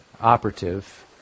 operative